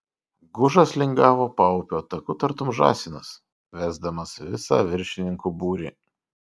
gužas lingavo paupio taku tartum žąsinas vesdamas visą viršininkų būrį